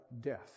death